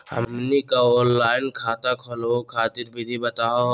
हमनी क ऑफलाइन खाता खोलहु खातिर विधि बताहु हो?